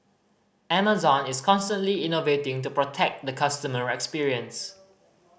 Amazon is constantly innovating to protect the customer experience